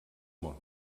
món